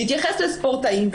להתייחס לספורטאים,